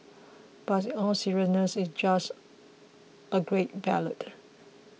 but in all seriousness it's just a great ballad